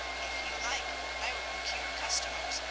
if you like i will procure customers,